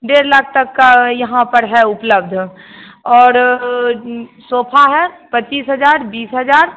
डेढ़ लाख तक का यहाँ पर है उपलब्ध और सोफा है पच्चीस हज़ार बीस हज़ार